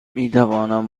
میتوانم